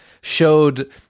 showed